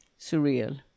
surreal